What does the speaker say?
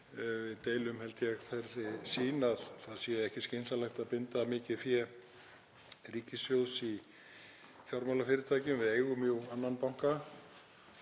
Við deilum held ég þeirri sýn að ekki sé skynsamlegt að binda mikið fé ríkissjóðs í fjármálafyrirtækjum. Við eigum jú annan banka